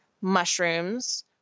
mushrooms